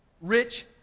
Rich